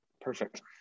perfect